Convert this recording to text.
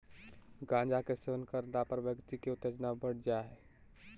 गांजा के सेवन करला पर व्यक्ति के उत्तेजना बढ़ जा हइ